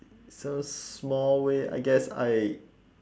some small way I guess I